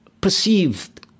perceived